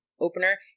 opener